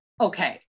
okay